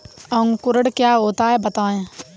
अंकुरण क्या होता है बताएँ?